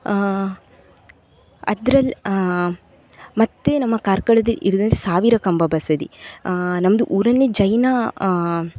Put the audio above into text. ಅದ್ರಲ್ಲಿ ಮತ್ತು ನಮ್ಮ ಕಾರ್ಕಳದ ಇದರಲ್ಲಿ ಸಾವಿರ ಕಂಬ ಬಸದಿ ನಮ್ಮದು ಊರಲ್ಲಿ ಜೈನ